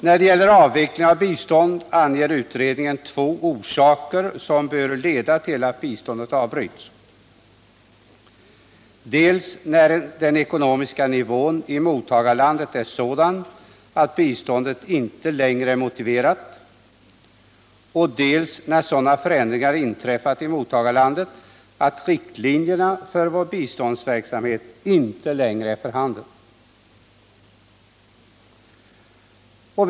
När det gäller avveckling av bistånd anger utredningen två orsaker som bör leda till att biståndet avbryts: dels när den ekonomiska nivån i mottagarlandet är sådan att biståndet inte längre är motiverat, dels när sådana förändringar inträffat i mottagarlandet att riktlinjerna för vår biståndsverksamhet inte längre är för handen.